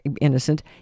innocent